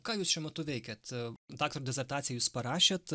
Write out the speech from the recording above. ką jūs šiuo metu veikiat daktaro disertaciją jūs parašėt